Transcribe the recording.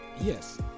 Yes